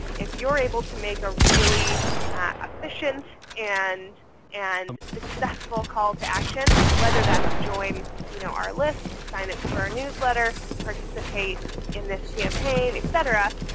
if you're able to make a really efficient and and successful call to action, whether that's join you know our list, sign up for our newsletter, participate in this campaign etc,